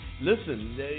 Listen